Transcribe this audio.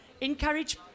encourage